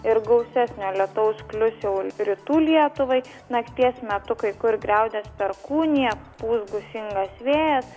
ir gausesnio lietaus klius jau rytų lietuvai nakties metu kai kur griaudės perkūnija pūs gūsingas vėjas